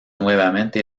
nuevamente